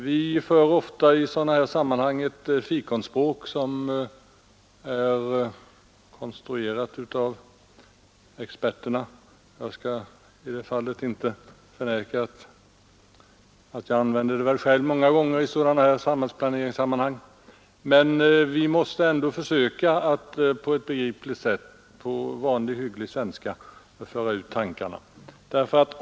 Vi använder ofta i sammanhang som dessa ett fikonspråk som är konstruerat av experterna. Jag skall inte förneka att jag många gånger använder det själv i samhällsplaneringssammanhang, men vi måste ändå försöka att på vanlig hygglig svenska föra ut våra tankegångar till allmänheten.